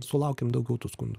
sulaukiam daugiau tų skundų